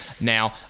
Now